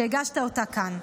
שהגשת כאן,